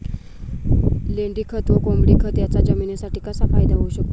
लेंडीखत व कोंबडीखत याचा जमिनीसाठी कसा फायदा होऊ शकतो?